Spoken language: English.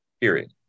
Period